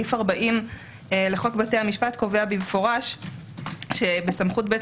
סעיף 40 לחוק בתי המשפט קובע מפורשות שבסמכות בית